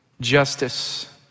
justice